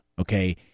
okay